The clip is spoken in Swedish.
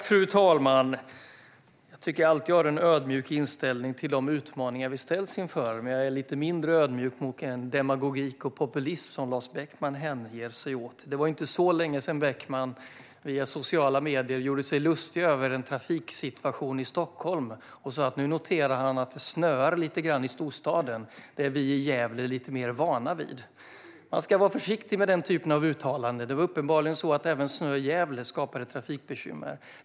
Fru talman! Jag tycker alltid att jag har en ödmjuk inställning till de utmaningar vi ställs inför, men jag är lite mindre ödmjuk inför den demagogi och populism som Lars Beckman hänger sig åt. Det var inte så länge sedan Beckman via sociala medier gjorde sig lustig över en trafiksituation i Stockholm. Han sa ungefär: Jag noterar att det snöar lite grann i storstaden. Det är vi i Gävle lite mer vana vid. Man ska vara försiktig med den typen av uttalanden. Det var uppenbarligen så att även snö i Gävle skapade trafikbekymmer.